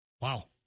wow